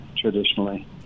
traditionally